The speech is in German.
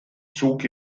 zog